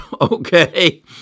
okay